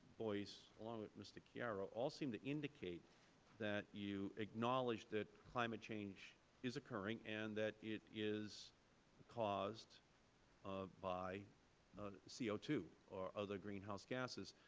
boyce, along with mr. chiaro, all seemed to indicate that you acknowledged that climate change is occurring and that it is caused by c o two or other greenhouse gases.